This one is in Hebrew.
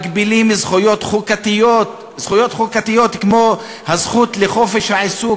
מגבילים זכויות חוקתיות זכויות חוקתיות כמו הזכות לחופש העיסוק,